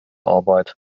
arbeit